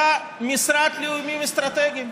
היה משרד לאיומים אסטרטגיים.